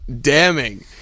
damning